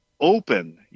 open